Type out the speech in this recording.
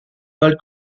pâle